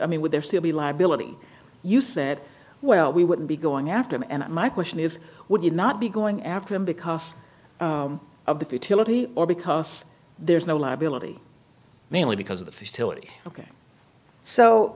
i mean would there still be liability you said well we wouldn't be going after him and my question is would you not be going after him because of the futility or because there's no liability mainly because of the futility ok so